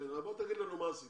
בוא תגיד לנו מה עשית.